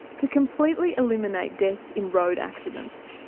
to completely eliminate deaths in road accidents.